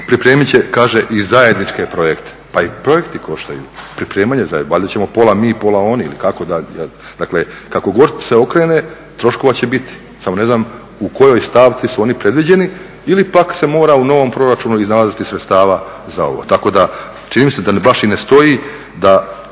pripremit će kaže i zajedničke projekte. Pa i projekti koštaju, pripremanje zajedničkih projekata. Valjda ćemo pola mi, pola oni ili kako? Dakle, kako god se okrene troškova će biti. Samo ne znam u kojoj stavci su oni predviđeni ili pak se mora u novom proračunu iznalaziti sredstava za ovo. Tako da čini mi se da baš i ne stoji da